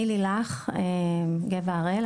אני לילך גבע הראל,